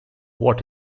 what